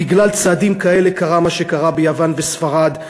בגלל צעדים כאלה קרה מה שקרה ביוון וספרד,